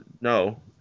no